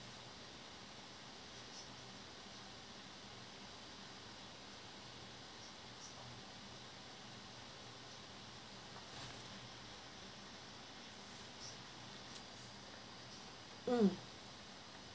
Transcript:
mm